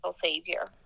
Savior